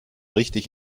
richtig